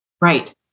Right